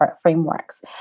frameworks